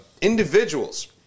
individuals